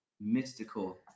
mystical